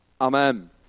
Amen